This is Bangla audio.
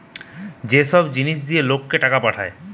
যে সব জিনিস দিয়া লোককে টাকা পাঠায়